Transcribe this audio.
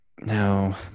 Now